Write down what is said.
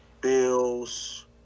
Bills